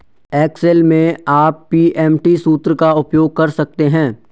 Excel में आप PMT सूत्र का उपयोग कर सकते हैं